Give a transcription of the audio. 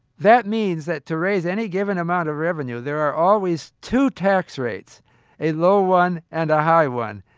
that means that to raise any given amount of revenue, there are always two tax rates a low one and a high one.